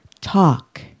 talk